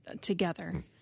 together